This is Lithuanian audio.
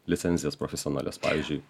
licenzijas profesionalias pavyzdžiui